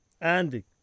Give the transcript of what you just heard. Andy